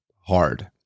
hard